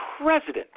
president